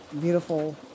beautiful